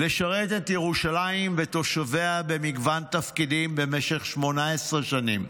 לשרת את ירושלים ותושביה במגוון תפקידים במשך 18 שנים,